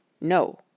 No